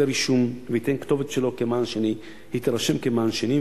הרישום וייתן את הכתובת שלו כמען שני יירשם כמען שני,